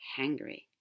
hangry